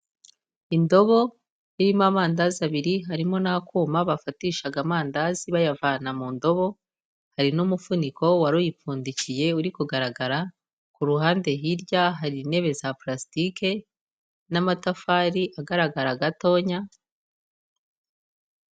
Indobo irimo amandaza abiri harimo n'akuma bafatishaga amandazi bayavana mu ndobo, hari n'umufuniko wari uyipfundikiye uri kugaragara, ku ruhande hirya hari intebe za purasitike n'amatafari agaragara gatoya.